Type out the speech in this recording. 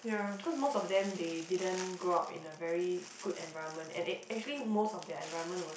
cause most of them they didn't grow up in a very good environment and it actually most of their environment was